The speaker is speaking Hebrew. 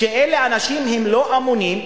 שאלה אנשים שהם לא אמינים,